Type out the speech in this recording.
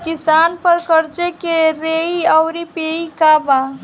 किसान पर क़र्ज़े के श्रेइ आउर पेई के बा?